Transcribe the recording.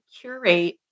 curate